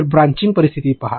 तर ब्रांचिंग परिस्थिती पहा